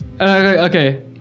Okay